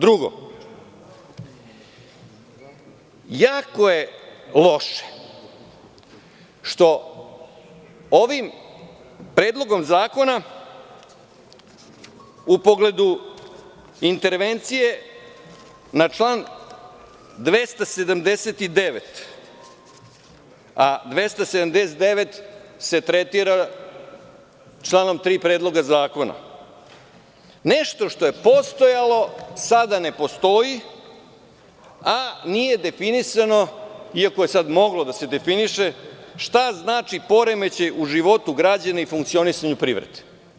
Drugo, jako je loše što ovim Predlogom zakona, u pogledu intervencije na član 279, a 279. se tretira članom 3. Predloga zakona, nešto što je postojalo sada ne postoji, a nije definisano, iako je sada moglo da se definiše, šta znači poremećaj u životu građana i funkcionisanju privrede.